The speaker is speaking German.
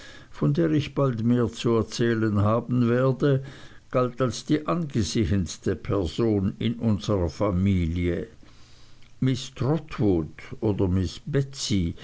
von der ich bald mehr zu erzählen haben werde galt als die angesehenste person in unserer familie miß trotwood oder miß